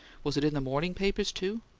was it in the morning papers, too?